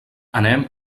anem